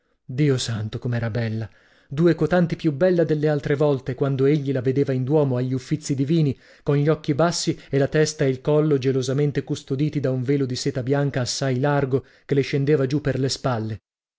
dio santo com'era bella due cotanti più bella delle altre volte quando egli la vedeva in duomo agli uffizi divini con gli occhi bassi e la testa e il collo gelosamente custoditi da un velo di seta bianca assai largo che le scendeva giù per le spalle